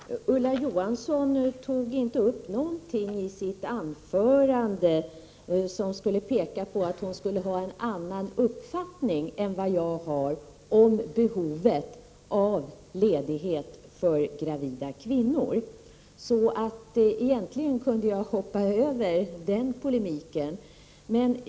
Fru talman! Ulla Johansson tog inte upp något i sitt anförande som skulle peka på att hon har en annan uppfattning än jag när det gäller behovet av ledighet för gravida kvinnor. Egentligen kunde jag således hoppa över polemiken i det avseendet.